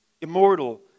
immortal